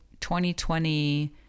2020